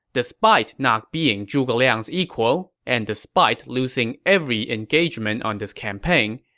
despite not being zhuge liang's equal, and despite losing every engagement on this campaign,